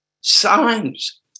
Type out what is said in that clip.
signs